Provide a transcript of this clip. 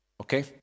Okay